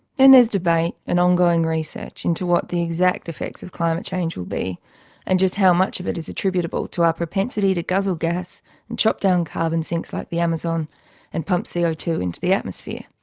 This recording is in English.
then there's debate and ongoing research into what the exact effects of climate change will be and just how much of it is attributable to our propensity to guzzle gas and chop down carbon sinks like the amazon and pump c o two into the atmosphere.